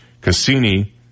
cassini